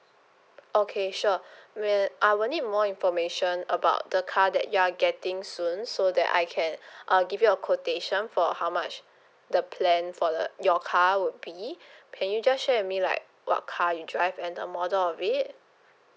okay sure wait I will need more information about the car that you are getting soon so that I can uh give you a quotation for how much the plan for the your car would be can you just share with me like what car you drive and the model of it